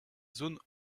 zones